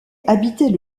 habitait